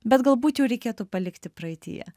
bet galbūt jau reikėtų palikti praeityje